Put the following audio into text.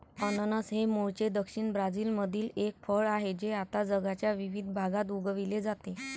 अननस हे मूळचे दक्षिण ब्राझीलमधील एक फळ आहे जे आता जगाच्या विविध भागात उगविले जाते